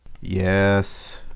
Yes